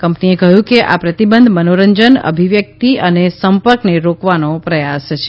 કંપનીએ કહયું છે કે આ પ્રતીબંધ મનોરંજન અભિવ્યકિત અને સંપર્કને રોકવાનો પ્રયાસ છે